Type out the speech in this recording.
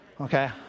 Okay